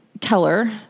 Keller